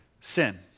sin